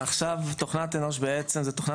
עכשיו תוכנת אנוש בעצם היא תוכנה